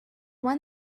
one